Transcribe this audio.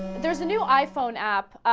there's a new iphone apple ah.